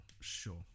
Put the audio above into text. sure